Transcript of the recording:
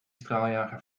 straaljager